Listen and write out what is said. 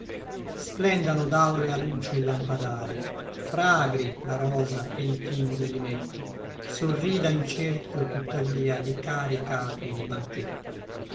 festino splendano daurea luce i lampadari fragri la rosa e il timo dellimetto sorrida in cerchio tuttavia di cari capi il banchetto